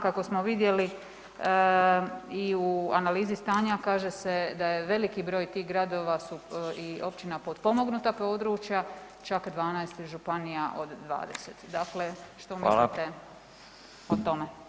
Kako smo vidjeli i u analizi stanja kaže se da je veliki broj tih gradova su i općina potpomognuta područja, čak 12 županija od 20, dakle što mislite o tome?